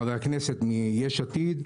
חבר הכנסת מיש עתיד,